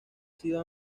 sido